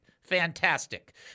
Fantastic